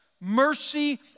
mercy